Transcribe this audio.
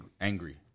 angry